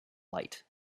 light